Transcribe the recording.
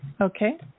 Okay